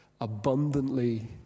abundantly